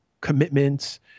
commitments